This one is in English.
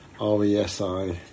R-E-S-I